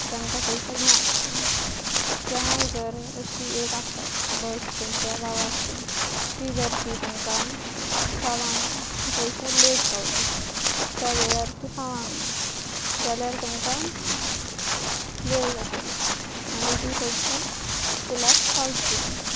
तेंकां थंयसर ना आसतली केव्हांय जर अशी एक आसत बस तेंच्या गांवांसून ती जर ती तेंकां गांवांक ना ती थंयसर लेट पावलीं त्या वेळार ती पावंक ना जाल्यार तेंकां वेळ जातलो आनी ती थंयसर स्कुलाक पावची ना